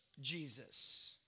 Jesus